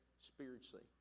spiritually